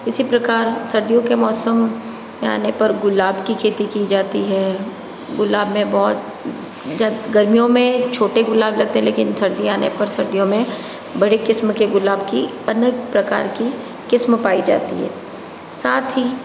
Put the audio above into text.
इसी प्रकार सर्दियों के मौसम के आने पर गुलाब की खेती की जाती है गुलाब में बहुत जब गर्मियों में छोटे गुलाब लगते हैं लेकिन सर्दियाँ आने पर सर्दियों में बड़ी किस्म के गुलाब की अन्य प्रकार की किस्म पाई जाती है साथ ही